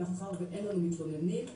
מאחר ואין לנו מתלוננים.